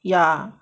ya